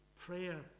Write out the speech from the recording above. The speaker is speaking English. prayer